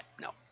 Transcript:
No